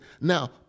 Now